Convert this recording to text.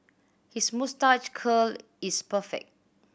his moustache curl is perfect